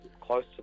close